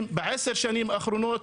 10 שנים האחרונות,